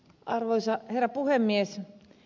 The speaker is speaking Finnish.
arvoisa herra puhemies